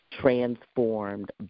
transformed